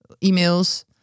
emails